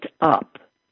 up